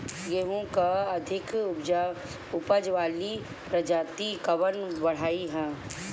गेहूँ क अधिक ऊपज वाली प्रजाति कवन बढ़ियां ह?